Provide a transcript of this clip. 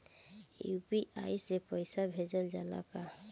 UPI से पईसा भेजल जाला का?